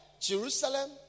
Jerusalem